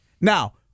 Now